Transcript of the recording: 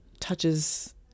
touches